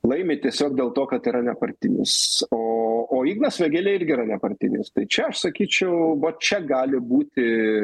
laimi tiesiog dėl to kad yra nepartinis o o ignas vėgėlė irgi yra nepartinis tai čia aš sakyčiau čia gali būti